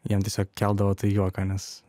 jam tiesiog keldavo juoką nes